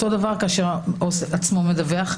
אותו דבר כאשר העובד הסוציאלי עצמו מדווח,